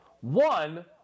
One